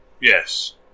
Yes